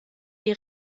die